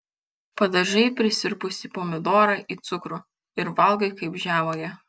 padažai prisirpusį pomidorą į cukrų ir valgai kaip žemuogę